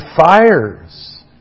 fires